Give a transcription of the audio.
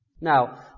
Now